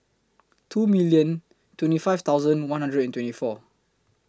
two million twenty five thousand one hundred and twenty four